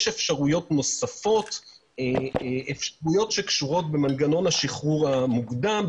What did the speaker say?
יש אפשרויות נוספות שקשורות במנגנון השחרור המוקדם,